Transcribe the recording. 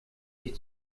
ich